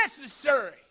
necessary